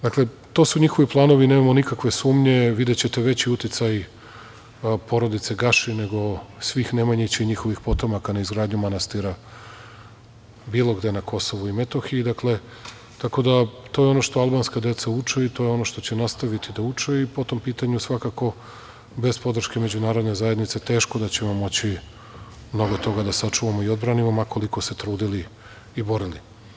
Dakle, to su njihovi planovi i nemamo nikakve sumnje, videćete veći uticaji porodice Gašin nego svih Nemanjića, i njihovih potomaka na izgradnji manastira bilo gde na Kosovu i Metohiji, dakle, tako da, to je ono što Albanska deca uče i to je ono što će nastaviti da uče, i po tom pitanju svakako bez podrške međunarodne zajednice teško da ćemo moći mnogo toga da sačuvamo i odbranimo ma koliko se trudili i borili.